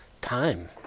time